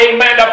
Amen